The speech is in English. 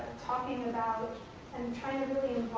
talking about and trying to